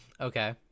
Okay